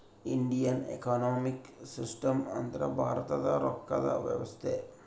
Indian economic system ಅಂದ್ರ ಭಾರತದ ರೊಕ್ಕದ ವ್ಯವಸ್ತೆ